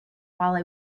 while